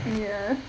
ya